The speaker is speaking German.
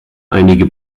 einige